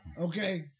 Okay